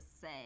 say